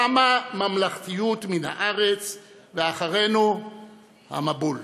תמה ממלכתיות מן הארץ, ואחרינו המבול.